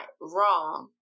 wrong